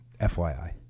FYI